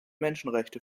menschenrechte